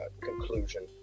Conclusion